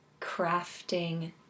crafting